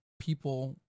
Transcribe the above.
people